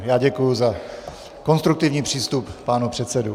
Já děkuji za konstruktivní přístup pánů předsedů.